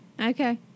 Okay